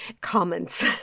comments